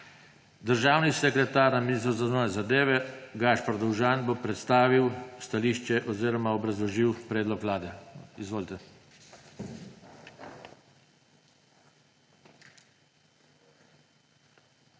Državni sekretar na Ministrstvu za zunanje zadeve Gašper Dovžan bo predstavil stališče oziroma obrazložil predlog Vlade. Izvolite.